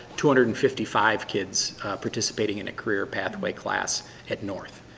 two hundred and fifty five kids participating in a career pathway class at north